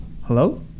Hello